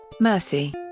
mercy